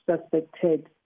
suspected